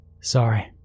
Sorry